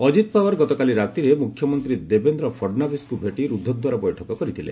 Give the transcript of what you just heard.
ଅଜିତ ପୱାର ଗତକାଲି ରାତିରେ ମୁଖ୍ୟମନ୍ତ୍ରୀ ଦେବେନ୍ଦ୍ର ଫଡନାବିସ୍ଙ୍କୁ ଭେଟି ରୂଦ୍ଧଦ୍ୱାର ବୈଠକ କରିଥିଲେ